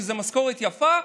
שזו משכורת יפה,